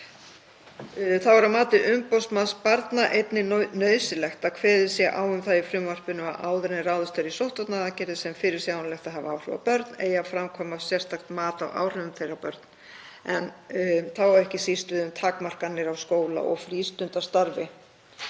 Þá er að mati umboðsmanns barna einnig nauðsynlegt að kveðið sé á um það í frumvarpinu að áður en ráðist er í sóttvarnaaðgerðir sem fyrirsjáanlega hafi áhrif á börn eigi að framkvæma sérstakt mat á áhrifum þeirra á börn. Á það ekki síst við um takmarkanir á skóla- og frístundastarfi.